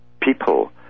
people